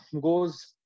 goes